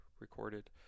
recorded